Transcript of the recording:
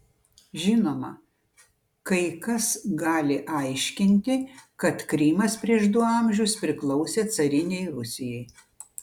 žinoma kai kas gali aiškinti kad krymas prieš du amžius priklausė carinei rusijai